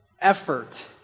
effort